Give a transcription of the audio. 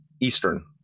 Eastern